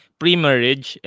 pre-marriage